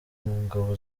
ngabo